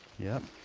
yep,